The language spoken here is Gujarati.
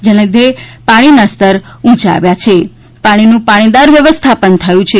જેના લીધે પાણીના સ્તર ઊંચા આવ્યા છે અને પાણીનું પાણીદાર વ્યવસ્થાપન થયું છે